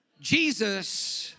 Jesus